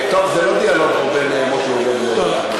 טוב, זה לא דיאלוג פה בין מוטי יוגב לטיבי.